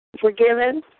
Forgiven